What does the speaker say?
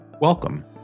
Welcome